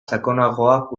sakonagoak